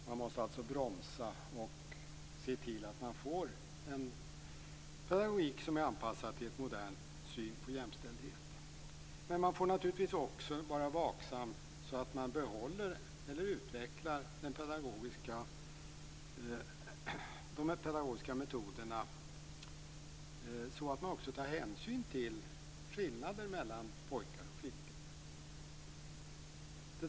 Man måste alltså bromsa och se till att man får en pedagogik som är anpassad till en modern syn på jämställdhet. Men man får naturligtvis också vara vaksam på att man behåller eller utvecklar de pedagogiska metoderna så att de också tar hänsyn till skillnaden mellan pojkar och flickor.